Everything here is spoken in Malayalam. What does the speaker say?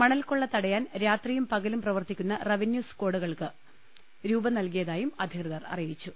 മണൽക്കൊള്ള തടയാൻ രാത്രിയും പകലും പ്രവർത്തിക്കുന്ന റവന്യു സ്കാഡുകൾക്ക് രൂപം നൽകിയതായും അധികൃതർ അറിയിച്ചു